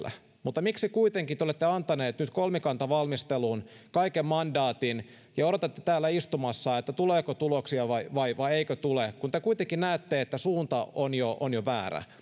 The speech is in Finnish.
mutta miksi kuitenkin te olette antaneet nyt kolmikantavalmisteluun kaiken mandaatin ja odotatte täällä istuen että tuleeko tuloksia vai vai eikö tule kun te kuitenkin näette että suunta on jo on jo väärä